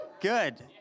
Good